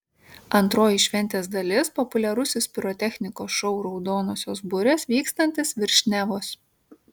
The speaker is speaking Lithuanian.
antroji šventės dalis populiarusis pirotechnikos šou raudonosios burės vykstantis virš nevos